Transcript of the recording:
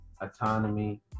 autonomy